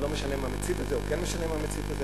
זה לא משנה מה מצית את זה או כן משנה מה מצית את זה,